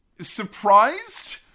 surprised